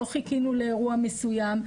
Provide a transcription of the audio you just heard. לא חיכינו לאירוע מסוים.